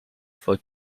for